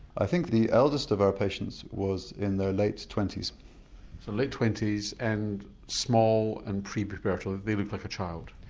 i think the eldest of our patients was in their late twenty s. so late twenty s and small and prepubertal, they looked like a child?